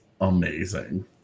amazing